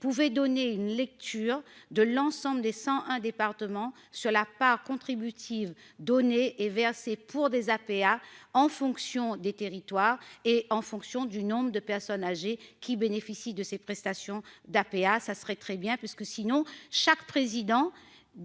pouvait donner une lecture de l'ensemble des 101 départements sur la part contributive et versée pour des APA en fonction des territoires et en fonction du nombre de personnes âgées qui bénéficient de ces prestations d'APA, ça serait très bien, parce que sinon, chaque président